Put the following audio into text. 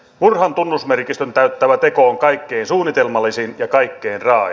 murhan tunnusmerkistön täyttävä teko on kaikkein suunnitelmallisin ja kaikkein raain